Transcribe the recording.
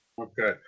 Okay